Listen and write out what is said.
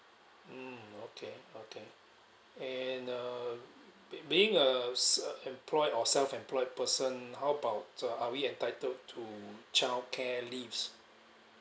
mm okay okay and uh being a a employed or self employed person how about uh are we entitled to childcare leaves